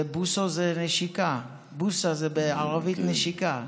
בוסו זה נשיקה, בוסה זה בערבית נשיקה,